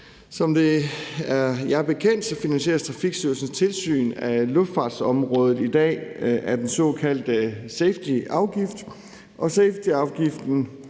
Som det er jer bekendt, finansieres Trafikstyrelsens tilsyn af luftfartsområdet i dag af den såkaldte safetyafgift.